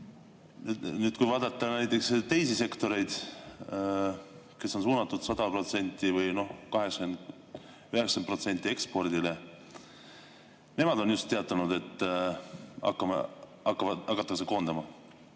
Aga kui vaadata teisi sektoreid, mis on suunatud 100% või 80–90% ekspordile, nemad on just teatanud, et hakatakse koondama.